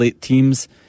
teams